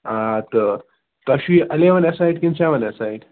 آ تہٕ تۄہہِ چھُو یہِ اٮ۪لیوَن اَسَیِڈ کِنہٕ سٮ۪وَن اَسَیَڈ